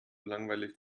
langweilig